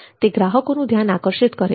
તે ગ્રાહકોનું ધ્યાન આકર્ષિત કરે છે